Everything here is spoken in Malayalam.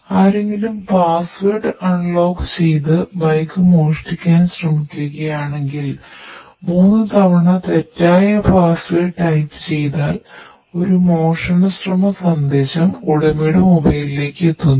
ആരെങ്കിലും പാസ്വേഡ് എത്തുന്നു